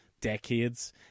decades